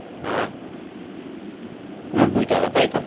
নব্বই টাকা তাই তো